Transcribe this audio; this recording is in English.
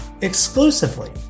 exclusively